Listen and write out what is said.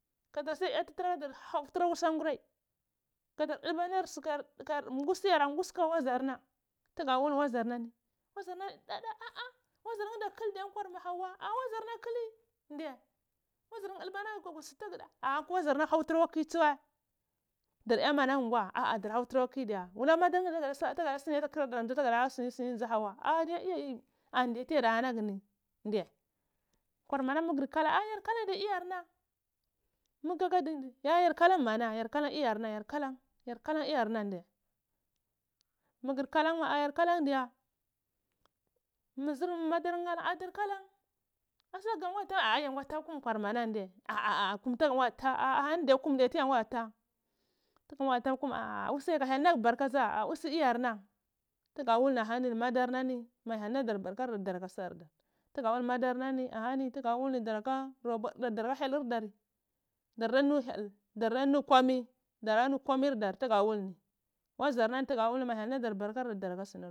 Kaɗar si yaɗtr dura hadar ya tura akwi sangurai kaɗar ɗulba layer su yara ngusi kaka wazayarna tuga wul waziyarnani wazur nani ɗaɗa ah ah wazarnani kuk diye nikwar hauwa ah wazarna kki nɗiye wagal nheh ɗulba lagu su taga ɗheh a wazarna hau tura kwa kiutsuwai ɗarya mi ana ghe ah ah ɗara hau tura akwa kidiya adiye iya ani diye tiya nhana ghuni ndr yheh kwarmana mumi gur hkalan ah yar kakin diye iyama mkaka ɗunɗu a yar kalan mana yar kalan iyarna yar kalan yar kalan iyar na nɗiyhe mhumhu gur halan wai a yar khalan diye minimi zir madar nheh a dar kalan asuna nga ngwa ta kum ya ah yangwa nta tusum kaarmana niye kum duga bara ta ah hum ndiye tiya bura ta tuga ta kum ah hum nɗiye tiya bura ta tuga ta kum ah use kha hyel nagwa barka ɗza a usu iyarna tuga wul han ni madarna ka hyal nadar basher ɗar tuga walm war na ni a abani ɗara ka yelir ɗari ɗarva nu hyel ɗar ɗa nu komi ɗarda nu komit dar tugada wul nhi waar n ani tuga wul ni ma hyel nadar barka darɗa ka